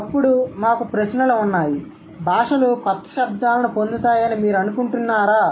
అప్పుడు మాకు ప్రశ్నలు ఉన్నాయి భాషలు కొత్త శబ్దాలను పొందుతాయని మీరు అనుకుంటున్నారా